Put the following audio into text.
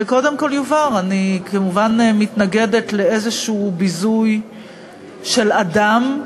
וקודם כול יובהר: אני כמובן מתנגדת לכל ביזוי של אדם,